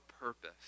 purpose